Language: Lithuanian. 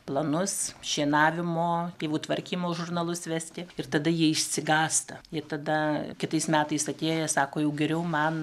planus šienavimo pievų tvarkymo žurnalus vesti ir tada jie išsigąsta jie tada kitais metais atėję sako jau geriau man